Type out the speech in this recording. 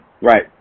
Right